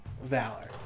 Valor